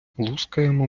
лускаємо